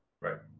right